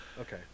okay